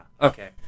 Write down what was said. okay